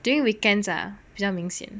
during weekends ah 比较明显